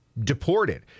deported